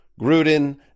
Gruden